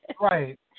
Right